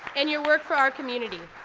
and your work for our community.